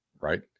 right